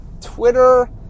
Twitter